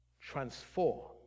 transform